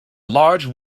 large